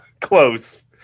close